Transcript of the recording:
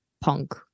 punk